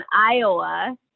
Iowa